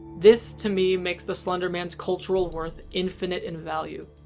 this, to me, makes the slender man's cultural worth infinite in value.